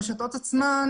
הרשתות עצמן,